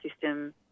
system